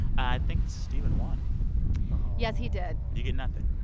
i think stephen won yes, he did you get nothing.